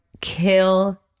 kill